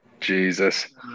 Jesus